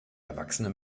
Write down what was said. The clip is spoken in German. erwachsene